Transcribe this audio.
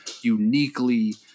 uniquely